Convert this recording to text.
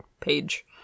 page